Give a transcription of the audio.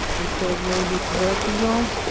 they said maybe it's vertigo.